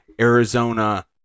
Arizona